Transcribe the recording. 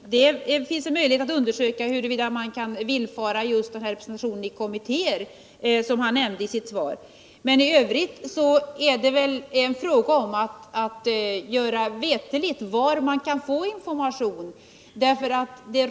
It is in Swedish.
Det finns en möjlighet att undersöka huruvida man kan villfara önskemålet om information rörande just representationen i komittéer, som Daniel Tarschys nämnde i sitt inlägg. Men i övrigt är det väl en fråga om att göra veterligt var man kan få information.